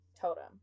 totem